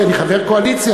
כי אני חבר קואליציה,